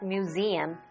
Museum